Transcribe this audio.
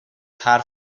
حرف